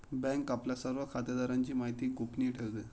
bank आपल्या सर्व खातेदारांची माहिती गोपनीय ठेवते